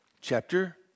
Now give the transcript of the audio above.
chapter